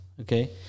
okay